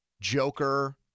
Joker